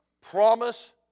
promise